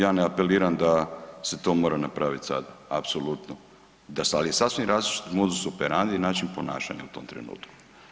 Ja ne apeliram da se to mora napraviti sad, apsolutno, ali je sasvim različit modus operandi i način ponašanja u tom trenutku.